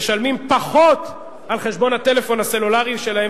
משלמים פחות בחשבון הטלפון הסלולרי שלהם,